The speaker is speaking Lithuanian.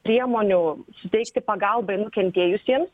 priemonių suteikti pagalbai nukentėjusiems